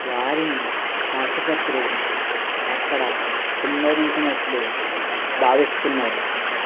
వారిని ఆసుపత్రులు అక్కడ కుమ్మరించినట్లు భావిస్తున్నారు